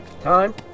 Time